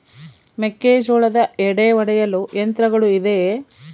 ಮೆಕ್ಕೆಜೋಳದ ಎಡೆ ಒಡೆಯಲು ಯಂತ್ರಗಳು ಇದೆಯೆ?